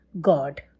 god